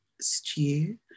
stew